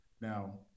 now